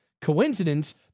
coincidence